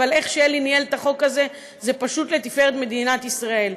אבל איך שאלי ניהל את החוק הזה זה פשוט לתפארת מדינת ישראל.